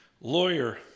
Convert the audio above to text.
lawyer